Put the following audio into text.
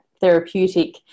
therapeutic